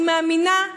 אני מאמינה,